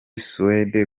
suède